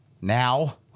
Now